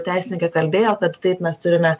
teisininkai kalbėjo kad taip mes turime